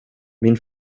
min